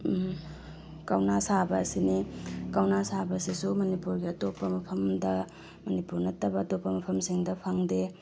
ꯀꯧꯅꯥ ꯁꯥꯕ ꯑꯁꯤꯅꯤ ꯀꯧꯅꯥ ꯁꯥꯕ ꯑꯁꯤꯁꯨ ꯃꯅꯤꯄꯨꯔꯒꯤ ꯑꯇꯣꯞꯄ ꯃꯐꯝꯗ ꯃꯅꯤꯄꯨꯔ ꯅꯠꯇꯕ ꯑꯇꯣꯞꯄ ꯃꯐꯝꯁꯤꯡꯗ ꯐꯪꯗꯦ